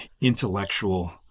intellectual